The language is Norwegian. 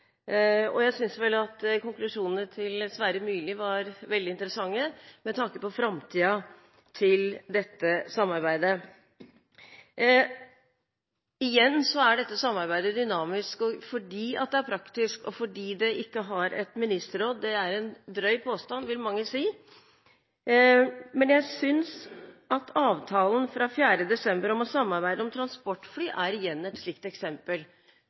Og jeg synes at konklusjonene til Sverre Myrli var veldig interessante med tanke på framtiden til dette samarbeidet. Igjen: Dette samarbeidet er dynamisk fordi det er praktisk, og fordi det ikke har et ministerråd – det er en drøy påstand, vil mange si. Men jeg synes at avtalen fra 4. desember om å samarbeide om transportfly igjen er et slikt eksempel.